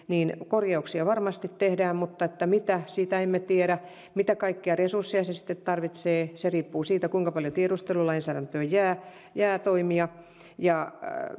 niin korjauksia varmasti tehdään mutta millaisia sitä emme tiedä mitä kaikkia resursseja se sitten tarvitsee riippuu siitä kuinka paljon tiedustelulainsäädäntöön jää jää toimia